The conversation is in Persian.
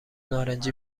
نارنجی